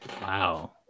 Wow